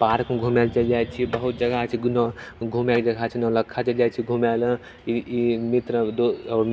पार्कमे घूमै लऽ चलि जाइत छियै बहुत जगह जेना घूमैके जगह छै नौलक्खा चलि जाइत छियै घूमै लऽ ई मित्र